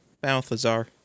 Balthazar